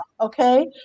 Okay